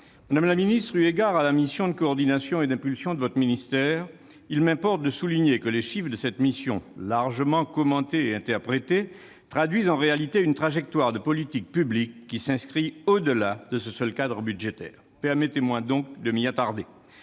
Madame la ministre, eu égard à la mission de coordination et d'impulsion de votre ministère, il m'importe de souligner que les chiffres de cette mission, largement commentés et interprétés, traduisent en réalité une trajectoire de politique publique qui s'inscrit au-delà de ce seul cadre budgétaire. Permettez-moi donc de m'y attarder